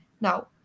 now